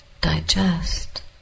digest